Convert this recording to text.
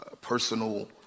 personal